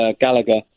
Gallagher